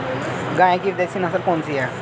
गाय की विदेशी नस्ल कौन सी है?